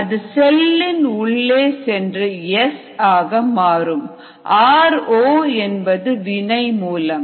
அது செல்லின் உள்ளே சென்று S ஆக மாறும் r0 என்பது வினை மூலம்